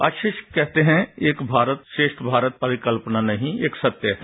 आशीष कहते हैं एक मारत श्रेष्ठ भारत परिकल्पना नहीं एक सत्य है